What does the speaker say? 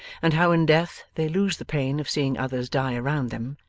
and how in death they lose the pain of seeing others die around them,